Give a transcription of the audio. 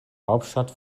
hauptstadt